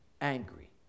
Angry